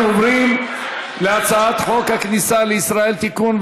אנחנו עוברים להצעת חוק הכניסה לישראל (תיקון,